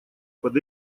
под